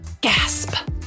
Gasp